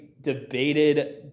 debated